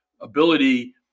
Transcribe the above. ability